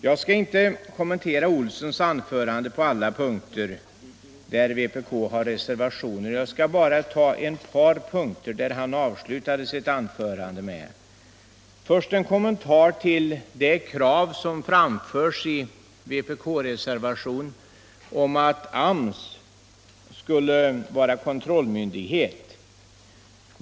Jag skall inte kommentera herr Olssons i Stockholm anförande på alla punkter där vpk har reservationer utan bara ta upp ett par detaljer som han avslutade sitt anförande med. Först en kommentar till det krav som framförts i en av vpk:s reservationer på att AMS skulle vara kontrollmyndighet.